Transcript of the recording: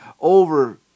over